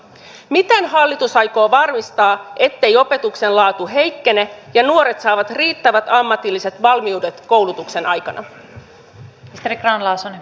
miten hallitus aikoo varmistaa ettei opetuksen laatu heikkene ja että nuoret saavat riittävät ammatilliset valmiudet koulutuksen aikana